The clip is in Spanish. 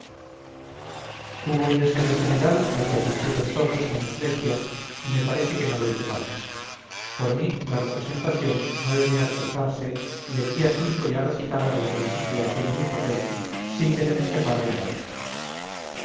hubo un ensayo general al que asistieron todos menos lesbia y me parece que no lo hice mal por mí la representación no debía retrasarse y el día ya recitaba del principio al fin mi papel sin que se me escapara un verso